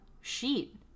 sheet